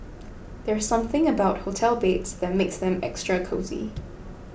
there's something about hotel beds that makes them extra cosy